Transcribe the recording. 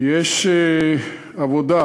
יש עבודה,